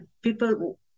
people